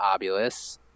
obulus